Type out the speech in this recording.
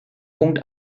punkt